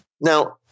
Now